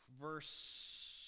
verse